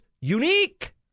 unique